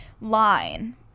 line